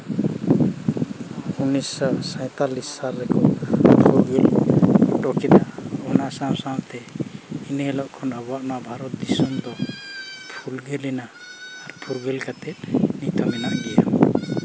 ᱩᱱᱤᱥᱥᱚ ᱥᱟᱭᱛᱟᱞᱤᱥ ᱥᱟᱞ ᱨᱮᱠᱚ ᱚᱱᱟ ᱥᱟᱶ ᱥᱟᱶᱛᱮ ᱮᱱᱮᱦᱤᱞᱳᱜ ᱠᱷᱚᱱ ᱟᱵᱚᱣᱟᱜ ᱱᱚᱣᱟ ᱵᱷᱟᱨᱚᱛᱚ ᱫᱤᱥᱚᱢ ᱫᱚ ᱯᱷᱩᱨᱜᱟᱹᱞᱮᱱᱟ ᱟᱨ ᱯᱷᱩᱨᱜᱟᱹᱞ ᱠᱟᱛᱮ ᱱᱤᱛᱳᱜ ᱦᱚᱸ ᱢᱮᱱᱟᱜ ᱜᱮᱭᱟ